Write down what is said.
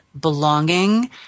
belonging